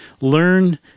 learn